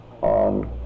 on